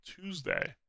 Tuesday